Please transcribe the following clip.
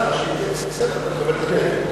לך שאם תעמוד בסטנדרטים תקבל מהקרן.